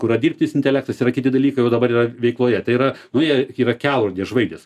kur yra dirbtinis intelektas yra kiti dalykai o dabar yra veikloje tai yra nu jie yra kelrodės žvaigždės